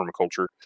permaculture